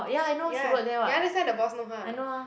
ya ya that's why the boss know her ah